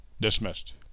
dismissed